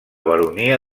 baronia